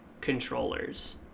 controllers